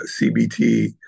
CBT